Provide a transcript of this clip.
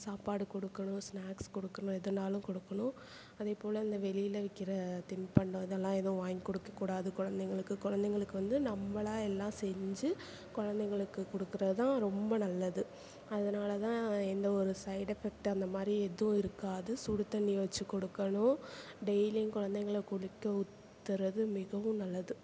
சாப்பாடு கொடுக்கணும் ஸ்நாக்ஸ் கொடுக்கணும் எதுனாலும் கொடுக்கணும் அதேபோல் இந்த வெளியில் விற்கிற தின்பண்டம் இதெல்லாம் எதுவும் வாங்கிக் கொடுக்கக்கூடாது குழந்தைங்களுக்கு குழந்தைங்களுக்கு வந்து நம்மளே எல்லாம் செஞ்சு குழந்தைங்களுக்கு கொடுக்கறது தான் ரொம்ப நல்லது அதனால் தான் எந்தவொரு சைட் எஃபெக்ட் அந்த மாதிரி எதுவும் இருக்காது சுடு தண்ணியை வெச்சு கொடுக்கணும் டெய்லியும் குழந்தைங்கள குளிக்க ஊத்துறது மிகவும் நல்லது